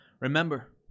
remember